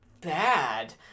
bad